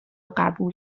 قبول